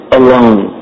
alone